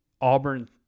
Auburn